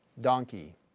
donkey